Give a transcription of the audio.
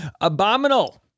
abominable